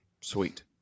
sweet